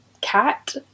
cat